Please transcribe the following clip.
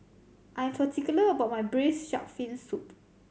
I am particular about my braise shark fin soup